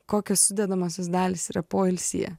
kokios sudedamosios dalys yra poilsyje